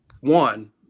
one